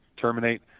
terminate